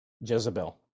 Jezebel